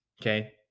Okay